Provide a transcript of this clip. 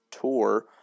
Tour